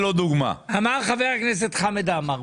אמר חבר הכנסת חמד עמאר,